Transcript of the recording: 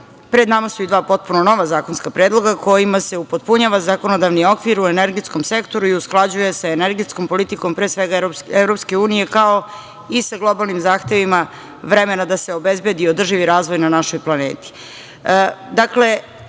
pred nama su i dva potpuno nova zakonska predloga kojima se upotpunjava zakonodavni okvir u energetskom sektoru i usklađuje se energetskom politikom, pre svega EU, kao i sa globalnim zahtevima vremena da se obezbedi održivi razvoj na našoj planeti.